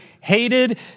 hated